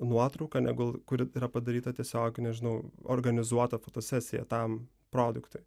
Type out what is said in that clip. nuotrauka negu kuri yra padaryta tiesiog nežinau organizuota fotosesija tam produktui